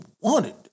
wanted